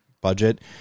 budget